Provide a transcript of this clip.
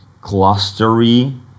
clustery